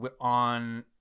on